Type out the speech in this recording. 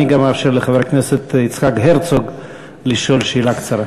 אני גם אאפשר לחבר יצחק הרצוג לשאול שאלה קצרה.